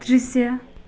दृश्य